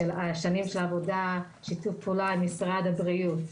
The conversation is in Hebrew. שנים של עבודה ושיתוף פעולה עם משרד הבריאות.